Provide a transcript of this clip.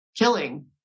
killing